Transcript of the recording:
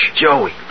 Joey